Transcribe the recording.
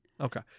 Okay